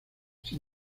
sin